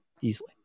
easily